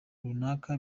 runaka